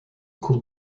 cours